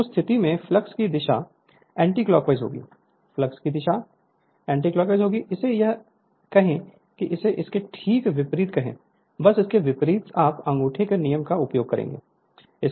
तो उस स्थिति में फ्लक्स की दिशा एंटीक्लॉकवाइज होगी फ्लक्स की दिशा एंटीक्लॉकवाइज होगी इसे यह कहें कि इसे इसके ठीक विपरीत कहें बस इसके विपरीत आप अंगूठे के नियम का उपयोग करेंगे